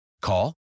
Call